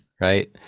right